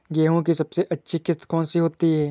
गेहूँ की सबसे अच्छी किश्त कौन सी होती है?